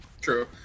True